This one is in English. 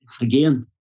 again